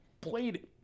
played